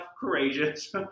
courageous